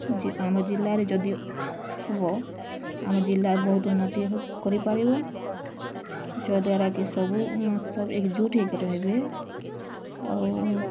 ଆମ ଜିଲ୍ଲାରେ ଯଦି ହବ ଆମ ଜିଲ୍ଲା ବହୁତ ଉନ୍ନତି କରିପାରିବ ଯଦ୍ୱାରା କି ସବୁ ସବୁ ଏକଜୁଟ୍ ହେଇକି ରହିବେ ଆଉ